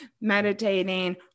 meditating